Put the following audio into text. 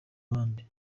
abandi